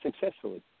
successfully